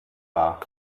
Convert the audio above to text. war